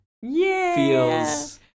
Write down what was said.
feels